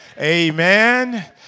amen